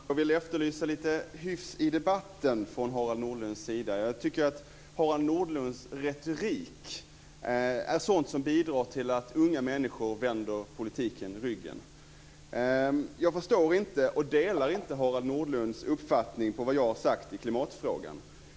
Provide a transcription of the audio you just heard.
Herr talman! Jag vill efterlysa lite hyfs i debatten från Harald Nordlund. Jag tycker att Harald Nordlunds retorik tillhör det som gör att unga människor vänder politiken ryggen. Jag delar inte Harald Nordlunds uppfattning om vad jag har sagt i klimatfrågan.